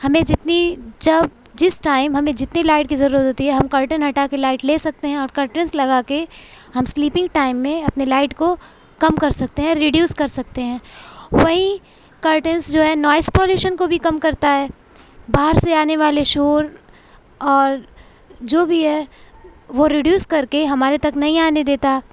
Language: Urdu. ہمیں جتنی جب جس ٹائم ہمیں جتنی لائٹ کی ضرورت ہوتی ہے ہم کرٹن ہٹا کے لائٹ لے سکتے ہیں اور کرٹنس لگا کے ہم سلیپنگ ٹائٹم میں اپنے لائٹ کو کم کر سکتے ہیں رڈیوس کر سکتے ہیں وہیں کرٹنس جو ہے نوائس پالوشن کو بھی کم کرتا ہے باہر سے آنے والے شور اور جو بھی ہے وہ رڈیوس کر کے ہمارے تک نہیں آنے دیتا